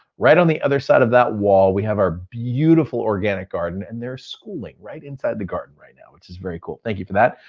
right on the other side of that wall, we have our beautiful organic garden and they're schooling inside the garden right now, which is very cool. thank you for that.